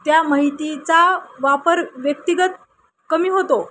त्या माहितीचा वापर व्यक्तिगत कमी होतो